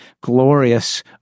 glorious